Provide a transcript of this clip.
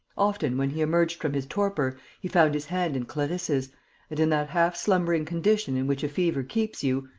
often, when he emerged from his torpor, he found his hand in clarisse's and, in that half-slumbering condition in which a fever keeps you,